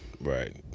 right